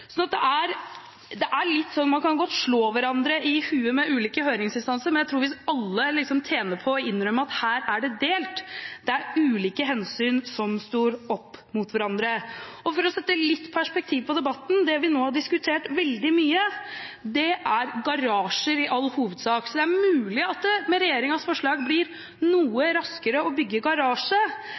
sånn at man godt kan slå hverandre i hodet med ulike høringsinstanser, men jeg tror at alle tjener på å innrømme at her er det delt, at det er ulike hensyn som står opp mot hverandre. For å sette litt perspektiv på debatten: Det vi nå har diskutert veldig mye, er garasjer, i all hovedsak. Det er mulig at det med regjeringens forslag blir noe raskere å bygge